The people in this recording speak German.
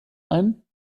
ein